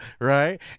right